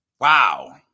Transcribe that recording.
Wow